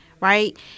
right